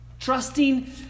Trusting